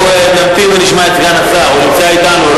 בואו נמתין ונשמע את סגן השר, הוא נמצא אתנו.